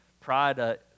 Pride